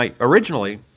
originally